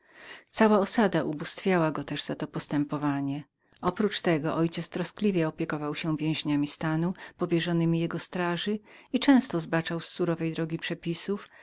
cała osada ubóstwiała go też za to postępowanie oprócz tego mój ojciec troskliwie opiekował się więźniami stanu powierzonymi jego straży i często zbaczał z surowej drogi przepisów